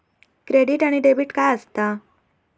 Credit आणि debit काय असता?